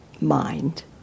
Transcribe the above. mind